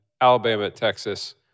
Alabama-Texas